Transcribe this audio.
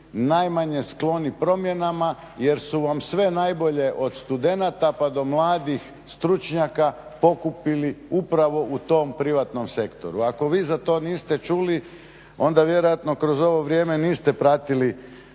najmanje skloni promjenama jer su vam sve najbolje od studenata pa do mladih stručnjaka pokupili upravo u tom privatnom sektoru. Ako vi za to niste čuli, onda vjerojatno kroz ovo vrijeme niste pratili